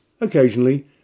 occasionally